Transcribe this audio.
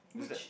is that